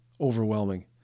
overwhelming